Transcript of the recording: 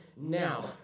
Now